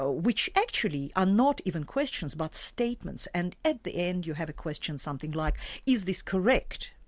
ah which actually are not even questions, but statements, and at the end you have a question, something like is this correct?